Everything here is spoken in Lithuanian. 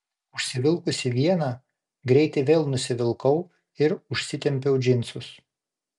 užsivilkusi vieną greitai vėl nusivilkau ir užsitempiau džinsus